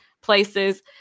places